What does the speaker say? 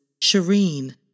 Shireen